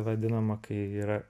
vadinama kai yra